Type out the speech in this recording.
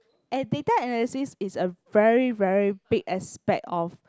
and data analysis is a very very big aspect of